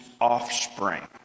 offspring